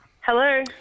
Hello